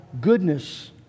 goodness